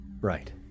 Right